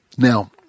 Now